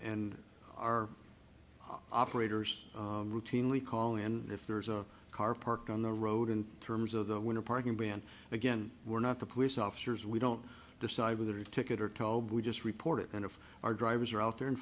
and our operators routinely call in if there's a car parked on the road in terms of the winter parking ban again we're not the police officers we don't decide whether to ticket or told we just reported and if our drivers are out there and